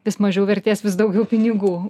vis mažiau vertės vis daugiau pinigų